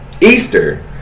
Easter